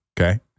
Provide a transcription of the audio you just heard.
okay